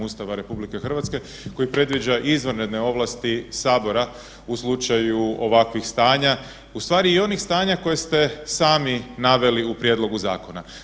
Ustava RH koji predviđa izvanredne ovlasti Sabora u slučaju ovakvih stanja, ustvari i onih stanja koje ste sami naveli u prijedlogu zakona.